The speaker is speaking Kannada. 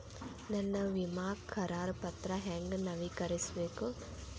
ನನ್ನ ವಿಮಾ ಕರಾರ ಪತ್ರಾ ಹೆಂಗ್ ನವೇಕರಿಸಬೇಕು?